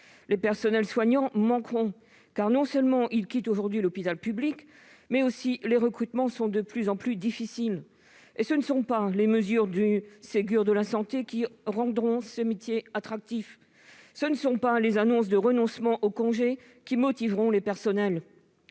Les personnels soignants manqueront, car non seulement ils quittent aujourd'hui l'hôpital public, mais les recrutements sont de plus en plus difficiles. Et ce ne sont pas les mesures du Ségur de la santé qui rendront ces métiers attractifs, ni les annonces de renoncement aux congés qui motiveront les personnels.